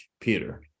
Peter